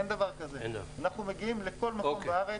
אין דבר כזה, אנחנו מגיעים לכל מקום בארץ.